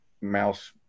mouse